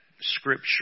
scripture